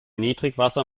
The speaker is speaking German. niedrigwasser